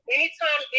Anytime